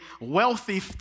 wealthy